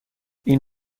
این